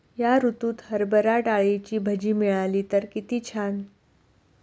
या ऋतूत हरभरा डाळीची भजी मिळाली तर कित्ती छान